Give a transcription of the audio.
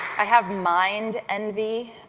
i have mind envy.